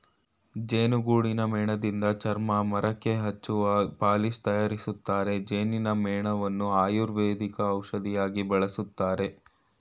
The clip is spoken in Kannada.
ಜೇನುಗೂಡಿನ ಮೇಣದಿಂದ ಚರ್ಮ, ಮರಕ್ಕೆ ಹಚ್ಚುವ ಪಾಲಿಶ್ ತರಯಾರಿಸ್ತರೆ, ಜೇನಿನ ಮೇಣವನ್ನು ಆಯುರ್ವೇದಿಕ್ ಔಷಧಿಯಾಗಿ ಬಳಸ್ತರೆ